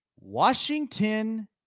Washington